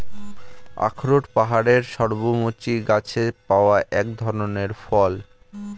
আখরোট পাহাড়ের পর্ণমোচী গাছে পাওয়া এক ধরনের ফল